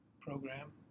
program